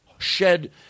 Shed